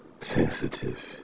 sensitive